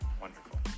wonderful